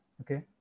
okay